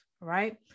right